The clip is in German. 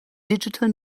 digital